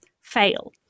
fail